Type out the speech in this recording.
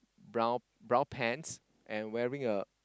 brown brown pants and wearing a